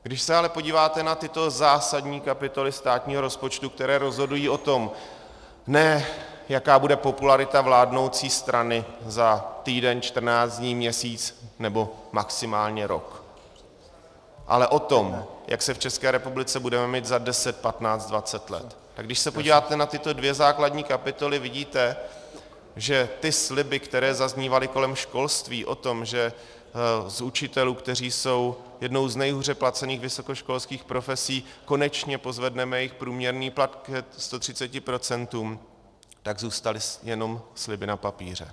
Když se ale podíváte na tyto zásadní kapitoly státního rozpočtu, které rozhodují o tom, ne jaká bude popularita vládnoucí strany za týden, čtrnáct dní, měsíc nebo maximálně rok, ale o tom, jak se v České republice budeme mít za deset, patnáct, dvacet let, tak když se podíváte na tyto dvě základní kapitoly, vidíte, že ze slibů, které zaznívaly kolem školství o tom, že u učitelů, kteří jsou jednou z nejhůře placených vysokoškolských profesí, konečně pozvedneme jejich průměrný plat ke 130 %, zůstaly jenom sliby na papíře.